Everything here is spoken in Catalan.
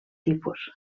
tipus